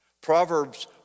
Proverbs